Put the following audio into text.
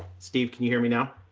steve, can you hear me now.